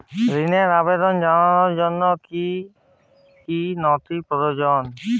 ঋনের আবেদন জানানোর জন্য কী কী নথি প্রয়োজন?